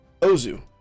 ozu